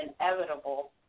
inevitable